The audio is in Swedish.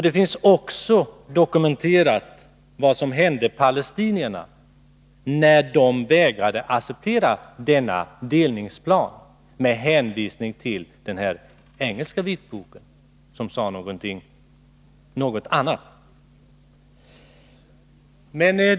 Det finns också dokumenterat vad som hände palestinierna när de vägrade acceptera denna delningsplan, med hänvisning till den engelska vitboken, där det sades något annat.